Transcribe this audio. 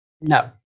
no